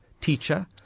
teacher